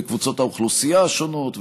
וקבוצות האוכלוסייה השונות,